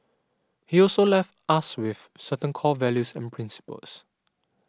he also left us with certain core values and principles